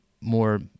more